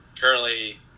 currently